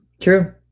True